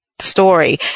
story